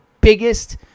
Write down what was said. biggest